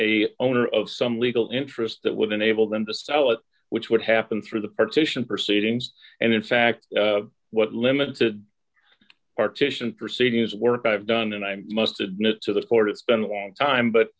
a owner of some legal interest that would enable them to sell it which would happen through the partition proceedings and in fact what limited partition proceeding is work i've done and i must admit to the court it's been a long time but